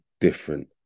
different